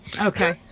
Okay